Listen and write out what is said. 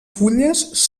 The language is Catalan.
fulles